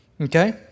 okay